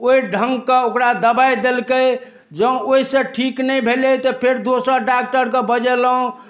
ओहि ढङ्गके ओकरा दबाइ देलकै जॅं ओहि सँ ठीक नहि भेलै तऽ फेर दोसर डॉक्टरके बजेलहुॅं